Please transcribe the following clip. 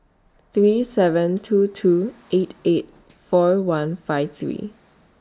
three seven two two eight eight four one five three